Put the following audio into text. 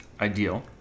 ideal